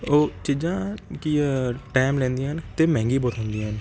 ਉਹ ਚੀਜ਼ਾਂ ਕੀ ਆ ਟੈਮ ਲੈਂਦੀਆਂ ਹਨ ਅਤੇ ਮਹਿੰਗੀ ਬਹੁਤ ਹੁੰਦੀਆਂ ਹਨ